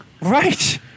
Right